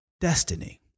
destiny